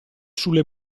sulle